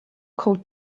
cold